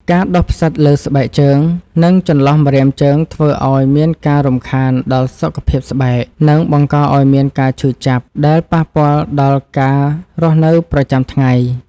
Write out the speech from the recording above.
ការដុះផ្សិតលើស្បែកជើង និង ចន្លោះម្រាមជើងធ្វើឱ្យមានការរំខានដល់សុខភាពស្បែក និង បង្កឱ្យមានការឈឺចាប់ដែលប៉ះពាល់ដល់ការរស់នៅប្រចាំថ្ងៃ។